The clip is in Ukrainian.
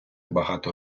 багато